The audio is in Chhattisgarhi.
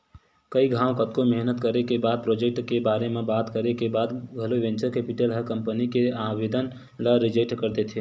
कई घांव कतको मेहनत करे के बाद प्रोजेक्ट के बारे म बात करे के बाद घलो वेंचर कैपिटल ह कंपनी के आबेदन ल रिजेक्ट कर देथे